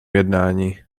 jednání